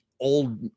old